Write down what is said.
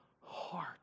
heart